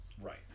Right